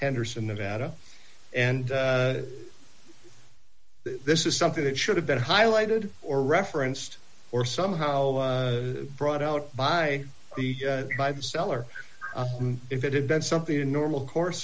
henderson nevada and this is something that should have been highlighted or referenced or somehow brought out by the by the seller if it had been something in normal course